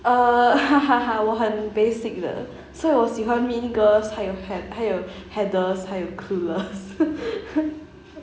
err 我很 basic 的所以我喜欢 mean girls 还有还有还有 heathers 还有 clueless